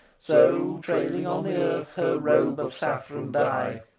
so, trailing on the earth her robe of saffron dye,